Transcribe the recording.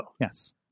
Yes